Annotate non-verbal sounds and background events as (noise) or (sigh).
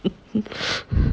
(noise)